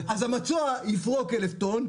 אז המסוע יפרוק 1,000 טון,